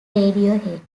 radiohead